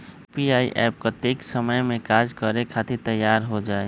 UPI app कतेइक समय मे कार्य करे खातीर तैयार हो जाई?